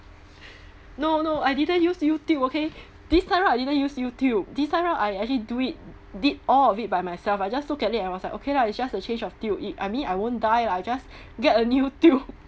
no no I didn't use YouTube okay this time right I didn't use YouTube this time right I actually do it did all of it by myself I just look at it I was like okay lah it's just a change of tube it I mean I won't die lah just get a new tube